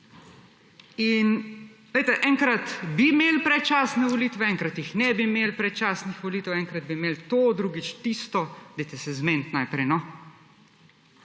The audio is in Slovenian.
Res, vi? Enkrat bi imeli predčasne volitve, enkrat ne bi imeli predčasnih volitev, enkrat bi imeli to, drugič tisto, dajte se zmeniti najprej, no.